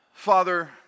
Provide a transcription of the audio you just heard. Father